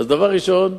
דבר ראשון,